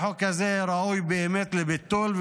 החוק הזה ראוי באמת לביטול,